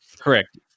Correct